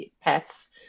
pets